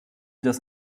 das